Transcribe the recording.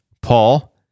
Paul